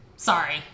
Sorry